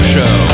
Show